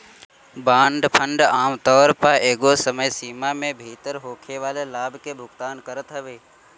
bond fund आमतौर पअ एगो समय सीमा में भीतर होखेवाला लाभ के भुगतान करत हवे